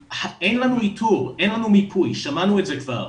אין לנו איתור, אין לנו מיפוי, שמענו את זה כבר.